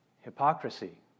hypocrisy